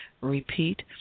Repeat